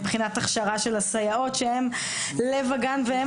מבחינת הכשרה של הסייעות שהן לב הגן והן